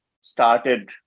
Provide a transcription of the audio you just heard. started